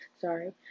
sorry